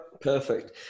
perfect